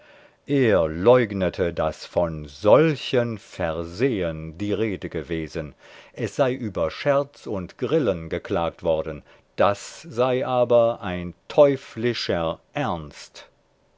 er leugnete daß von solchen versehen die rede gewesen es sei über scherz und grillen geklagt worden das sei aber ein teuflischer ernst